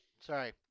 sorry